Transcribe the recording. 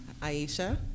Aisha